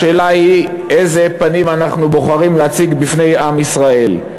השאלה היא איזה פנים אנחנו בוחרים להציג בפני עם ישראל.